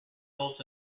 built